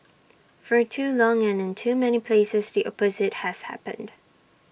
for too long and in too many places the opposite has happened